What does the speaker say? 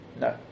No